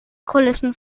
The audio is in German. kulissen